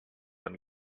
and